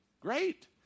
great